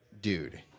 dude